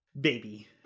Baby